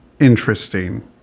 interesting